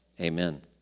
Amen